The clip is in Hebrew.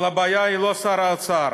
אבל הבעיה היא לא שר האוצר,